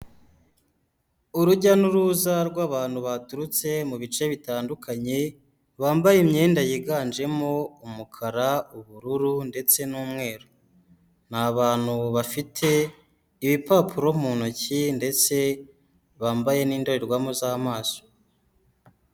Urujya n'uruza rw'abantu baturutse mu bice bitandukanye, bambaye imyenda yiganjemo umukara, ubururu ndetse n'umweru, ni abantu bafite ibipapuro mu ntoki ndetse bambaye n'indorerwamu z'amaso.